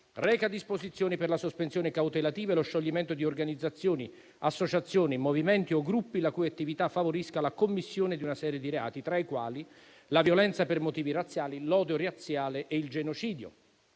reca disposizioni per la sospensione cautelativa e lo scioglimento di organizzazioni, associazioni, movimenti o gruppi la cui attività favorisca la commissione di una serie di reati, tra i quali la violenza per motivi razziali, l'odio razziale e il genocidio.